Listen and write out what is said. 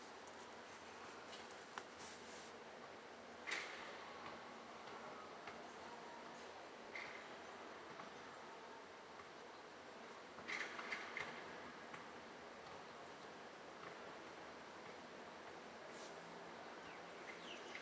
I